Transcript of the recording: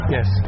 Yes